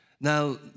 Now